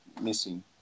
missing